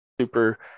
super